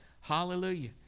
Hallelujah